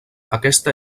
aquesta